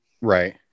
Right